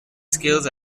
skills